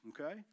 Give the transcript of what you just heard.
Okay